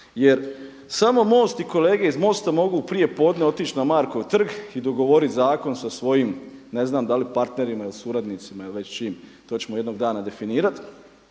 Jer samo MOST i kolege iz MOST-a mogu prijepodne otići na Markov trg i dogovoriti zakon sa svojim, ne znam da li partnerima ili suradnicima ili već čim to ćemo jednog dana definirati